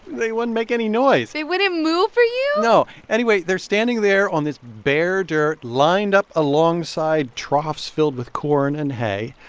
they wouldn't make any noise they wouldn't move for you? no. anyway, they're standing there on this bare dirt, lined up alongside troughs filled with corn and hay,